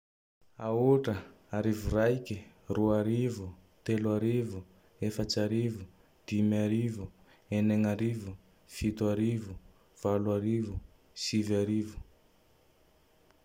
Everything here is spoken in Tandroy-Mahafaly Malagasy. Aotra, arivo raike, roarivo, telo arivo, efatse arivo, dimy arivo, enign'arivo, fito arivo, valo arivo, sivy arivo.